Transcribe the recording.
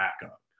backup